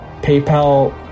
PayPal